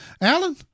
Alan